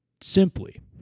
simply